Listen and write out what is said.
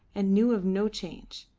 and knew of no change.